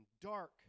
dark